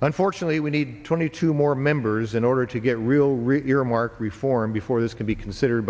unfortunately we need twenty two more members in order to get real real earmark reform before this can be considered